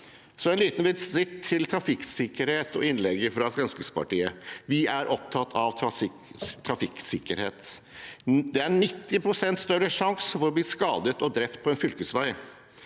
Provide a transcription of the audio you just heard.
Så en liten visitt til trafikksikkerhet og innlegget fra Fremskrittspartiet: Vi er opptatt av trafikksikkerhet. Det er 90 pst. større sjanse for å bli skadet og drept på en fylkesvei.